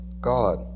God